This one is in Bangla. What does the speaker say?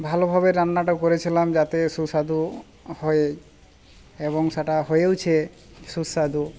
ভালোভাবে রান্নাটা করেছিলাম যাতে সুস্বাদু হয় এবং সেটা হয়েওছে সুস্বাদু